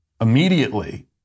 immediately